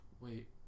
Wait